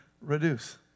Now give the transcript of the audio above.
reduce